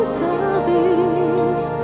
service